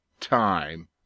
time